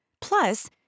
Plus